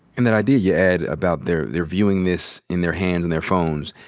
and that idea you add about they're they're viewing this in their hands, in their phones,